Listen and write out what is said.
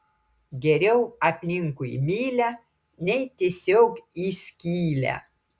geriau aplinkui mylią nei tiesiog į skylę